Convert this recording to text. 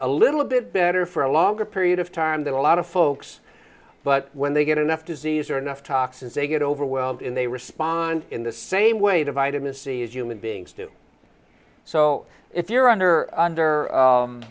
a little bit better for a longer period of time there are a lot of folks but when they get enough disease or enough toxins they get overwhelmed and they respond in the same way to vitamin c as human beings do so if you're under under